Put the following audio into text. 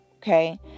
Okay